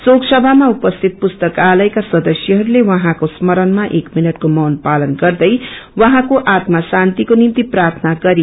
शोक सभामा उपस्थित पुस्तकालयका सदस्यहरूले उहाँको स्मरणमा एक मिनटको मौन पालन गर्दै उहाँको आत्म शान्तिको निम्ति प्रार्थना गरे